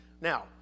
now